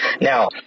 Now